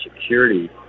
security